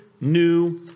new